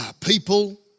people